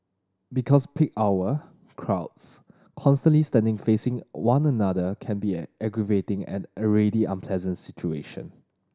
because peak hour crowds constantly standing facing one another can be aggravating and already unpleasant situation